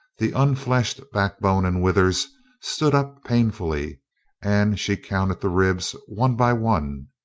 the unfleshed backbone and withers stood up painfully and she counted the ribs one by one.